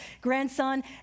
grandson